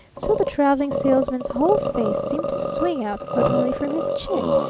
so the traveling salesman's whole face seemed to swing out suddenly from his chin,